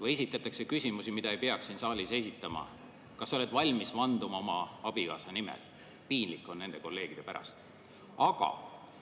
või esitatakse küsimusi, mida ei peaks siin saalis esitama. "Kas sa oled valmis vanduma oma abikaasa nimel?" Piinlik on nende kolleegide pärast! Aga